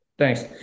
Thanks